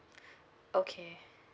okay